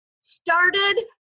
started